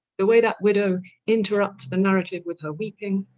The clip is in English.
the way that widow interrupts the narrative with her weeping,